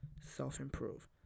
Self-improve